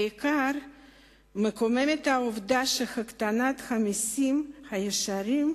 בעיקר מקוממת העובדה שהקטנת המסים הישירים